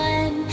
One